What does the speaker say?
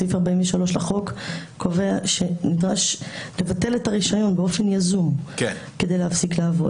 סעיף 43 לחוק קובע שנדרש לבטל את הרישיון באופן יזום כדי להפסיק לעבוד.